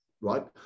right